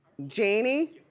janie